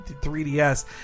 3DS